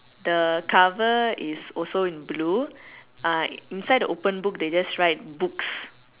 the cover is also in blue uh inside the open book they just write books